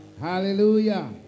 hallelujah